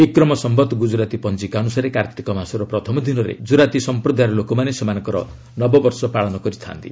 ବିକ୍ରମ୍ ସମ୍ଭତ୍ ଗୁଳ୍କୁରାତୀ ପଞ୍ଜିକା ଅନୁସାରେ କାର୍ଭିକ ମାସର ପ୍ରଥମ ଦିନରେ ଗୁକୁରାତୀ ସମ୍ପ୍ରଦାୟର ଲୋକମାନଙ୍କ ସେମାନଙ୍କର ନବବର୍ଷ ପାଳନ କରିଥା'ନ୍ତି